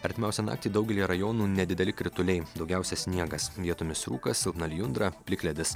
artimiausią naktį daugelyje rajonų nedideli krituliai daugiausia sniegas vietomis rūkas silpna lijundra plikledis